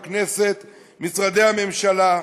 בכנסת ובמשרדי הממשלה,